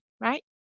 right